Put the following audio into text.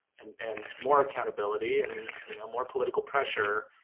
and and more accountability, and you know more political pressure.